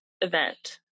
event